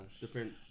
different